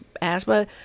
asthma